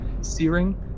searing